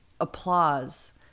applause